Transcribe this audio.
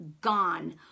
gone